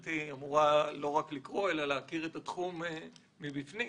גברתי אמורה להכיר את התחום מבפנים.